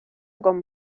con